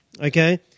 Okay